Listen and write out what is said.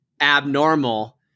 abnormal